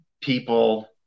people